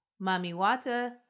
Mamiwata